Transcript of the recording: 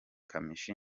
kamichi